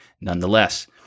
nonetheless